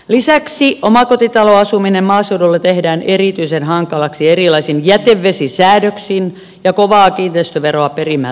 lisäksi omakotitaloasuminen maaseudulla tehdään erityisen hankalaksi erilaisin jätevesisäädöksin ja kovaa kiinteistöveroa perimällä